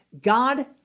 God